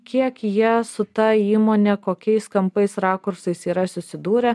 kiek jie su ta įmone kokiais kampais rakursais yra susidūrę